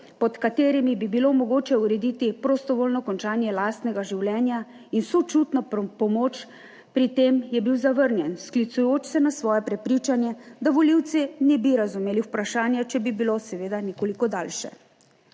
pod katerimi bi bilo mogoče urediti prostovoljno končanje lastnega življenja in sočutno pomoč pri tem je bil zavrnjen, sklicujoč se na svoje prepričanje, da volivci ne bi razumeli vprašanja, če bi bilo seveda nekoliko daljše.